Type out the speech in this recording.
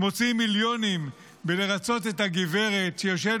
מוציאים מיליונים בריצוי הגברת שיושבת